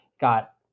got